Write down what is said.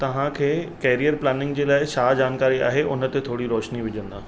तव्हांखे career planning जे लाइ छा जानकारी आहे हुन ते थोरी रोशनी विझंदा